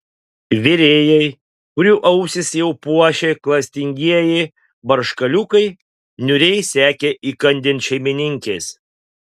virėjai kurių ausis jau puošė klastingieji barškaliukai niūriai sekė įkandin šeimininkės